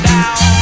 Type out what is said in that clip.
Down